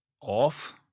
off